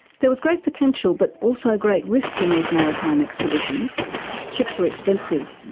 there was great potential, but also great risks, in these maritime expeditions ships were expensive,